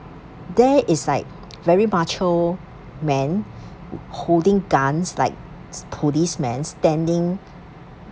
there it's like very macho man holding guns like policeman standing